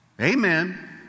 Amen